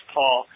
Paul